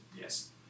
yes